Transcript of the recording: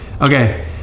Okay